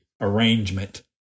arrangement